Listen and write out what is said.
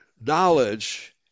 knowledge